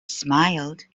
smiled